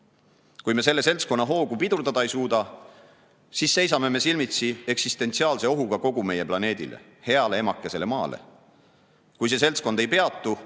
Kui me selle seltskonna hoogu pidurdada ei suuda, siis seisame silmitsi eksistentsiaalse ohuga kogu meie planeedile, heale emakesele maale. Kui see seltskond ei peatu,